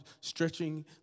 stretching